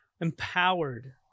empowered